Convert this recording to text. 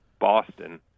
Boston